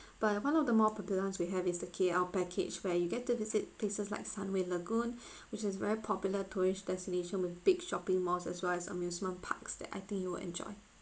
but one of the more popular ones we have is the K_L package where you get to visit places like sunway lagoon which is very popular tourist destination with big shopping malls as well as amusement parks that I think you will enjoy